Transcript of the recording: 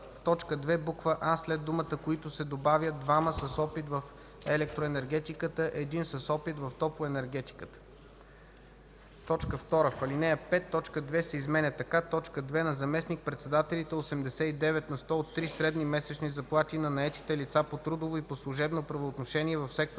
в т. 2, буква „а” след думата „които” се добавя „двама с опит в електроенергетиката, един с опит в топлоенергетиката”. 2. В ал. 5 т. 2 се изменя така: „2. на заместник-председателите – 89 на сто от три средни месечни заплати на наети лица по трудово и по служебно правоотношение в сектора